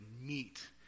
meet